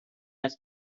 است